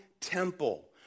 temple